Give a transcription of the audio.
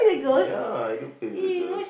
ya I do play with the girls